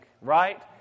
Right